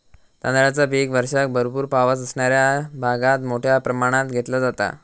तांदळाचा पीक वर्षाक भरपूर पावस असणाऱ्या भागात मोठ्या प्रमाणात घेतला जाता